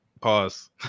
Pause